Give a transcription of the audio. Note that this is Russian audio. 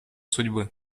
судьбы